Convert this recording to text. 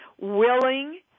willing